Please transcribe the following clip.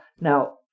Now